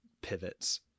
pivots